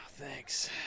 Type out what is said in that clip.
Thanks